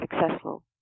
successful